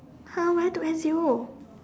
!huh! where to end zero